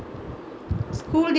ah my brother used to